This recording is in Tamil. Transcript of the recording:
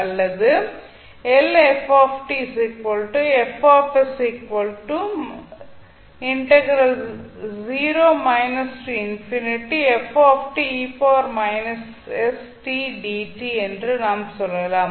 அல்லது என்று நாம் சொல்லலாம்